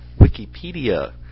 Wikipedia